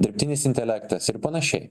dirbtinis intelektas ir panašiai